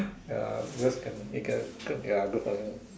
ya because can he can good ya good for him